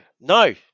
No